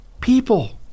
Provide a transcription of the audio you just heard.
people